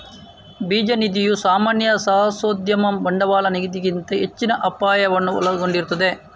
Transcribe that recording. ಬೀಜ ನಿಧಿಯು ಸಾಮಾನ್ಯ ಸಾಹಸೋದ್ಯಮ ಬಂಡವಾಳ ನಿಧಿಗಿಂತ ಹೆಚ್ಚಿನ ಅಪಾಯವನ್ನು ಒಳಗೊಂಡಿರುತ್ತದೆ